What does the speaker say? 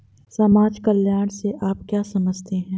समाज कल्याण से आप क्या समझते हैं?